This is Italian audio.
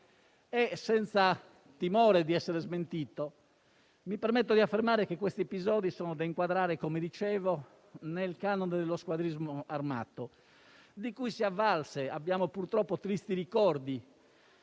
Senza timore di essere smentito, mi permetto di affermare che questi episodi sono da inquadrare nel canone dello squadrismo armato, di cui si avvalse il fascismo (purtroppo ne abbiamo tristi ricordi)